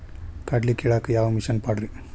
ಕಡ್ಲಿ ಕೇಳಾಕ ಯಾವ ಮಿಷನ್ ಪಾಡ್ರಿ?